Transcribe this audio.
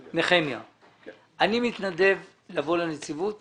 אני מתנדב לבוא לנציבות